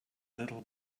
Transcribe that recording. little